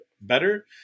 better